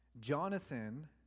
Jonathan